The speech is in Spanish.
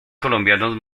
colombianos